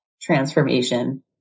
transformation